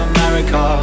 America